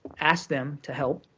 asked them to help,